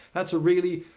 that's a really,